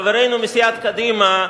חברינו מסיעת קדימה,